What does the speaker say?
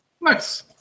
Nice